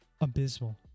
abysmal